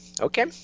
Okay